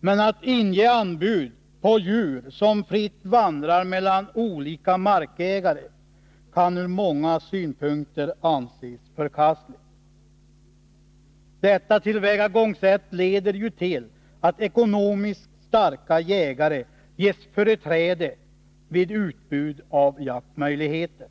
men att inge anbud på djur som fritt vandrar mellan olika markägare kan ur många synpunkter anses förkastligt. Detta tillvägagångssätt leder ju till att ekonomiskt starka jägare ges företräde vid utbud av jaktmöjligheter.